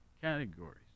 categories